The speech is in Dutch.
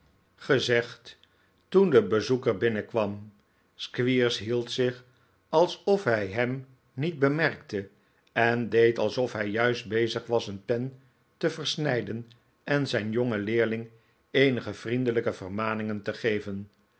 zegd toen de bezoeker binnenkwam squeers hield zich alsof hij hem niet bemerkte en deed alsof hij juist bezig was een pen te versnijden en zijn jongen leerling eenige vriendelijke vermaningen te geven